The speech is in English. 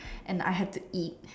and I had to eat